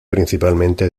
principalmente